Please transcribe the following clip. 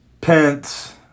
Pence